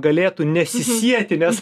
galėtų nesisieti nes